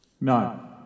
No